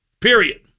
period